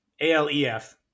A-L-E-F